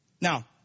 Now